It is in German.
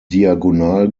diagonal